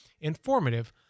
informative